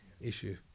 issue